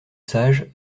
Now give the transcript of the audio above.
sage